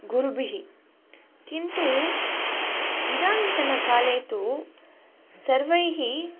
गुरुभिः किन्तु इदानीन्तनकाले तु सर्वैः